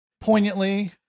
poignantly